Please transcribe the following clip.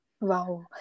Wow